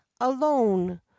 alone